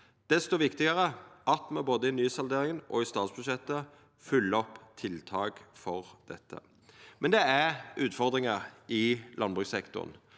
Desto viktigare er det at me både i nysalderinga og i statsbudsjettet følgjer opp med tiltak for dette. Men det er utfordringar i landbrukssektoren.